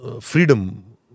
freedom